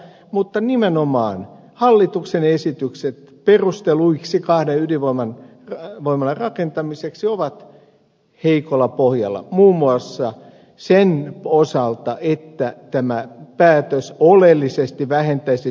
mutta nimenomaan hallituksen esitykset perusteluiksi kahden ydinvoimalan rakentamiseksi ovat heikolla pohjalla muun muassa sen osalta että tämä päätös oleellisesti vähentäisi suomen hiilidioksidipäästöjä